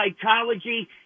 psychology